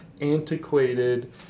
antiquated